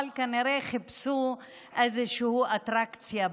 אבל כנראה חיפשו איזושהי אטרקציה בצעדים.